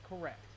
correct